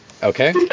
Okay